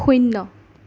শূন্য